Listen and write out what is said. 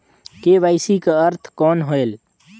KYC कर अर्थ कौन होएल?